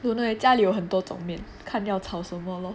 don't know leh 家里有很多种面看要炒什么 lor